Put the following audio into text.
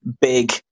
big